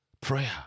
Prayer